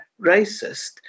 racist